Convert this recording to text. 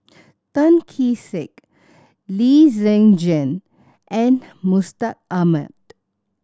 Tan Kee Sek Lee Zhen Jane and Mustaq Ahmad